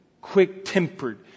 Quick-tempered